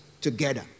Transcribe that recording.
together